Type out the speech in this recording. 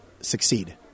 succeed